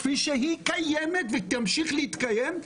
כפי שהיא קיימת ותמשיך להתקיים,